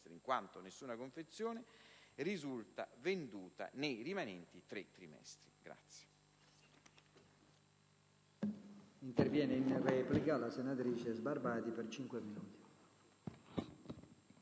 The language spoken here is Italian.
in quanto nessuna confezione risulta venduta nei rimanenti tre trimestri.